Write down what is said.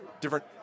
different